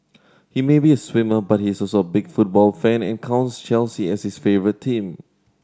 he may be a swimmer but he is also a big football fan and counts Chelsea as his favourite team